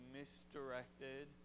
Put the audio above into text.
misdirected